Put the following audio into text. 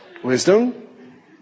Wisdom